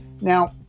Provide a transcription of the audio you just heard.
Now